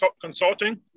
consulting